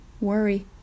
Worry